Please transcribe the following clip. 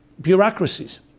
bureaucracies